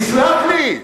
תסלח לי.